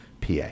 pa